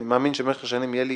אני מאמין שבמשך השנים יהיה לי